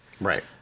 Right